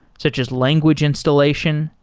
such as language installation,